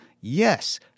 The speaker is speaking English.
yes